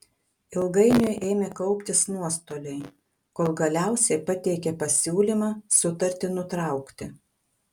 ilgainiui ėmė kauptis nuostoliai kol galiausiai pateikė pasiūlymą sutartį nutraukti